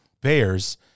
Bears